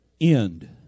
end